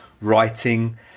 writing